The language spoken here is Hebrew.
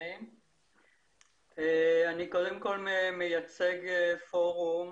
אני מייצג פורום